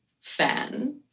fan